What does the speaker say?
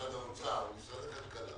משרד האוצר ומשרד הכלכלה,